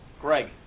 Greg